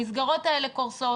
המסגרות האלה קורסות.